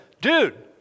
dude